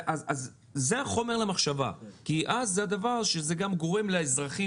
זה חומר למחשבה כי זה דבר שגם גורם לאזרחים